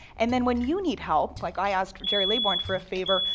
and then when you need help, like i asked gerry laybourne for a favor,